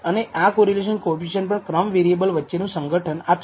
અને આ correlation coefficient પણ ક્રમ વેરિએબલ વચ્ચેનું સંગઠન આપશે